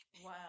Wow